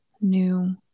new